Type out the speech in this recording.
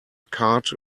cart